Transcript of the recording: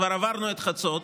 כבר עברנו את חצות,